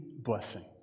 blessing